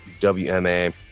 WMA